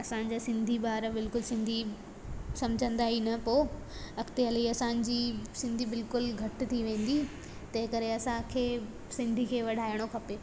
असांजा सिंधी ॿार बिल्कुलु सिंधी सम्झंदा ई न पोइ अॻिते हली असांजी सिंधी बिल्कुलु घटि थी वेंदी तंहिं करे असांखे सिंधी खे वधाइणो खपे